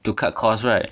to cut cost right